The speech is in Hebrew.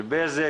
של בזק,